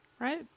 right